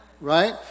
right